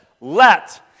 let